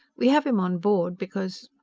we have him on board because